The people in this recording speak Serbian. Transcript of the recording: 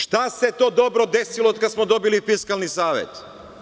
Šta se to dobro desilo od kad smo dobili Fiskalni savet?